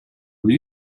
will